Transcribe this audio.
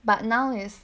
but now is